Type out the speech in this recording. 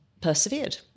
persevered